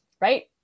right